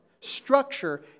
structure